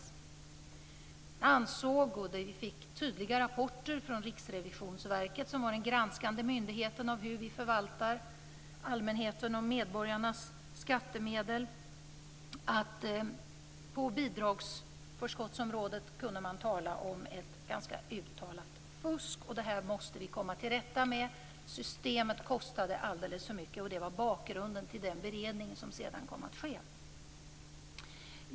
Vi ansåg, och vi fick tydliga rapporter från Riksrevisionsverket om, alltså den myndighet som granskar hur vi förvaltar allmänhetens och medborgarnas skattemedel, att man på bidragsförskottsområdet kunde tala om ett ganska uttalat fusk. Detta måste vi komma till rätta med. Systemet kostade alldeles för mycket. Det var bakgrunden till den beredning som sedan kom att ske.